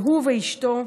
והוא ואשתו,